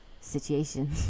situation